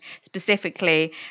specifically